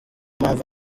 mpamvu